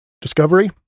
Discovery